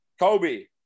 Kobe